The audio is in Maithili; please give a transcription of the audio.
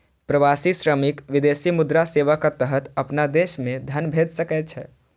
प्रवासी श्रमिक विदेशी मुद्रा सेवाक तहत अपना देश मे धन भेज सकै छै